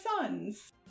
sons